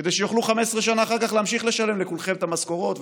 כדי שיוכלו 15 שנה אחרי להמשיך לכולכם את המשכורות,